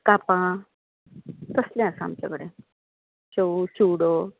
कापां तसलें आसा आमचें कडेन शेव च्युडो